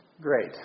great